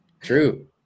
True